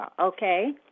okay